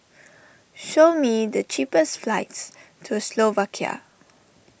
show me the cheapest flights to Slovakia